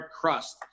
crust